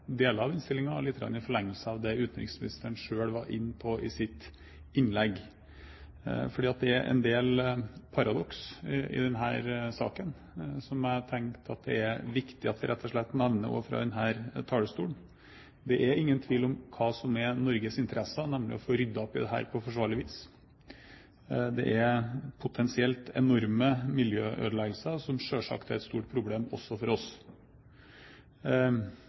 av deler av innstillingen og litt i forlengelsen av det utenriksministeren var inne på i sitt innlegg. Det er en del paradokser i denne saken, som jeg tenkte det er viktig at vi rett og slett nevner fra denne talerstolen. Det er ingen tvil om hva som er Norges interesser, nemlig å få ryddet opp i dette på forsvarlig vis. Det er potensielt enorme miljøødeleggelser, som selvsagt er et stort problem også for oss.